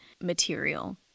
material